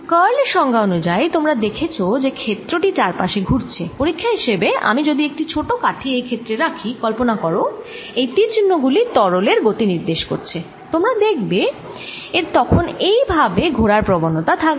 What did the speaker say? curl এর সংজ্ঞা অনুযায়ী তোমরা দেখছ এই ক্ষেত্র টি চারপাশে ঘুরছে পরীক্ষা হিসেবে আমি যদি একটি ছোট কাঠি এই ক্ষেত্রে রাখি কল্পনা কর এই তীর চিহ্ন গুলি তরলের গতি নির্দেশ করছে তোমরা দেখবে এর তখন এই ভাবে ঘোরার প্রবণতা থাকবে